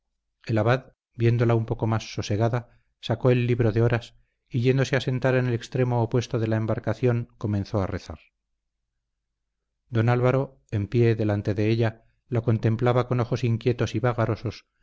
viéndola un poco más sosegada sacó el libro de horas y yéndose a sentar en el extremo opuesto de la embarcación comenzó a rezar don álvaro en pie delante de ella la contemplaba con ojos inquietos y